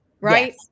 Right